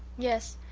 yes.